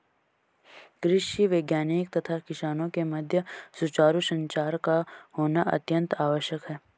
कृषि वैज्ञानिक तथा किसानों के मध्य सुचारू संचार का होना अत्यंत आवश्यक है